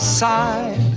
side